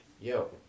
yo